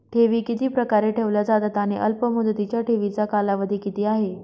ठेवी किती प्रकारे ठेवल्या जातात आणि अल्पमुदतीच्या ठेवीचा कालावधी किती आहे?